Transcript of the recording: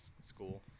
school